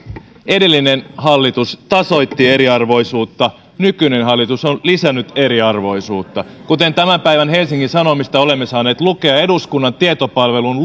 edellinen hallitus tasoitti eriarvoisuutta nykyinen hallitus on lisännyt eriarvoisuutta kuten tämän päivän helsingin sanomista olemme saaneet lukea eduskunnan tietopalvelun